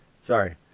Sorry